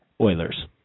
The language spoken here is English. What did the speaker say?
Oilers